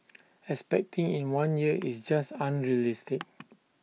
expecting in one year is just unrealistic